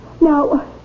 Now